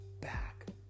back